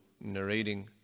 narrating